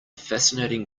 fascinating